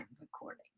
recording